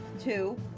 two